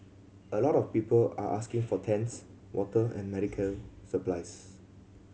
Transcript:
a lot of people are asking for tents water and medical supplies